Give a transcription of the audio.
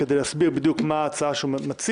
כדי להסביר בדיוק מה ההצעה שלו,